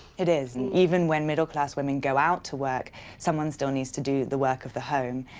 it is. even when middle-class women go out to work someone still needs to do the work of the home,